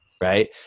Right